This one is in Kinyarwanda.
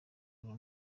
uru